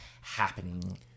happening